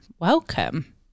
Welcome